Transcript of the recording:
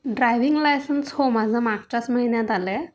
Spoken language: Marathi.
ड्रायविंग लायसन्स हो माझं मागच्याच महिन्यात आलं आहे